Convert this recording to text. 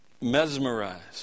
mesmerized